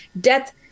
death